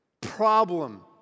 problem